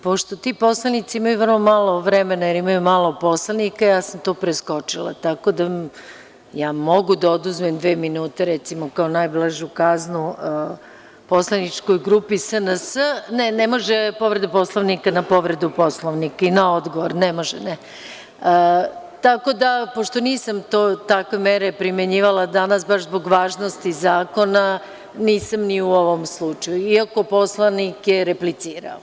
Pošto ti poslanici imaju vrlo malo vremena, jer imaju malo poslanika, ja sam to preskočila, tako da, ja mogu da oduzmem dve minute, recimo, kao najblažu kaznu poslaničkoj grupi SNS, ne može povreda Poslovnika na povredu Poslovnika i na odgovor, tako da, pošto nisam takve mere primenjivala danas baš zbog važnosti zakona, nisam ni u ovom slučaju, iako je poslanik replicirao.